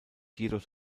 jedoch